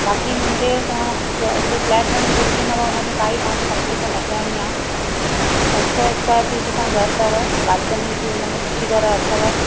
बाक़ी मुंहिंजे तव्हां द हुते फ्लैट वञी ॾिसी ईंदव हुन में काई तव्हां खे तकलीफ़ न थियणी आहे सत सौ स्क्वेर फीट असांजो घरु अथव बालकनी बि हुनमें सुठी तरह अथव